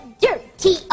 dirty